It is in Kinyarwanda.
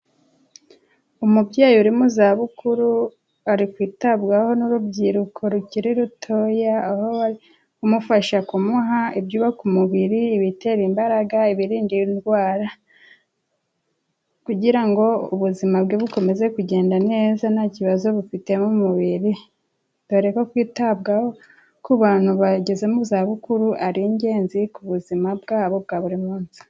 Umubyeyi urimo zabukuru ari kwitabwaho n'urubyiruko rukiri rutoya, ahobari kumufasha kumuha ibyubaka umubiri, ibitera imbaragara, kugira ngo ubuzima kugenda nta kibazo bufitemo umubiri. Dore ko kwitabwaho ku bantu bageze mu za bukuru ari ingenzi ku buzima bwabo bwa buri munsi.